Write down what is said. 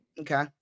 okay